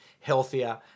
healthier